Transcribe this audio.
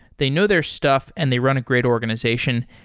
they know their stuff and they run a great organization.